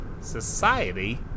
Society